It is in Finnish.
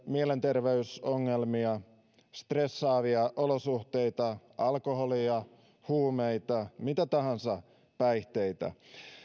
mielenterveysongelmia stressaavia olosuhteita alkoholia huumeita mitä tahansa päihteitä